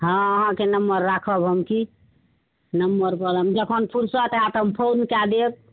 हँ अहाँके नंबर राखब हम की नंबरपर हम जखन फुरसत हैत हम फोन कए देब